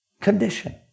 condition